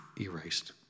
erased